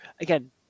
Again